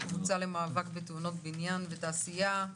הקבוצה למאבק בתאונות בניין בתעשייה.